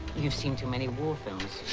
you've seen too many war films.